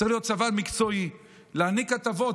צריך להיות צבא מקצועי, להעניק הטבות.